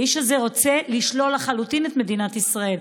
האיש הזה רוצה לשלול לחלוטין את מדינת ישראל.